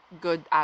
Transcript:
good